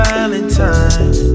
Valentine